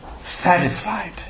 satisfied